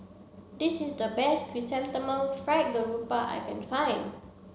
this is the best chrysanthemum fried garoupa I can find